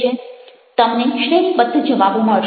તમને શ્રેણીબદ્ધ જવાબો મળશે